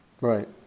right